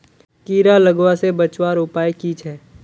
कीड़ा लगवा से बचवार उपाय की छे?